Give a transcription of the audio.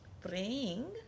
praying